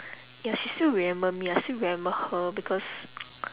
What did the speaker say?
ya she still remember me I still remember her because